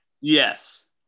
Yes